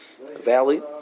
Valley